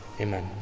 Amen